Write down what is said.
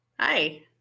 hi